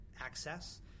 access